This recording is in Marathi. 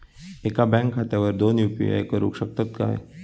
एका बँक खात्यावर दोन यू.पी.आय करुक शकतय काय?